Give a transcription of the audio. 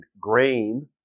grain